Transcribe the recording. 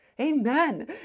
Amen